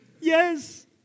Yes